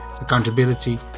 accountability